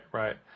right